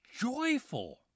joyful